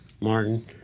Martin